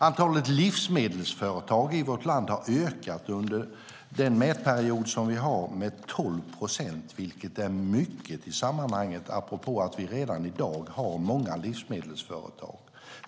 Antalet livsmedelsföretag i vårt land har ökat under mätperioden med 12 procent, vilket är mycket i sammanhanget apropå att vi redan i dag har många livsmedelsföretag.